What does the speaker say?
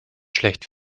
schlecht